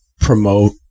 promote